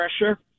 pressure